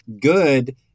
good